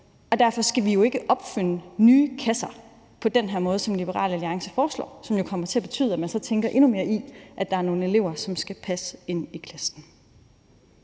Og derfor skal vi jo ikke opfinde nye kasser på den måde, som Liberal Alliance foreslår her, og som vil komme til at betyde, at man så tænker endnu mere i, at der er nogle elever, som skal passe ind i klassen.